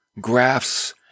graphs